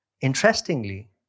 Interestingly